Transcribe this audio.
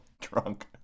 drunk